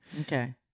Okay